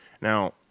Now